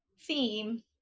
theme